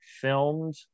filmed